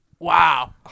Wow